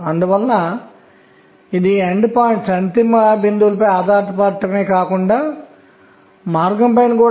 అనగా n 1 l 0 ముందుగా పూరించబడుతుంది n 2 l 0